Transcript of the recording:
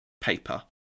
paper